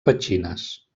petxines